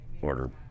order